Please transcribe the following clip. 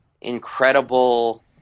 incredible